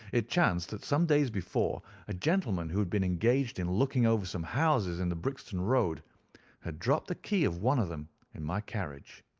it chanced that some days before a gentleman who had been engaged in looking over some houses in the brixton road had dropped the key of one of them in my carriage.